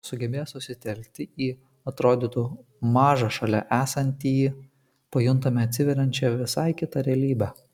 sugebėję susitelkti į atrodytų mažą šalia esantįjį pajuntame atsiveriančią visai kitą realybę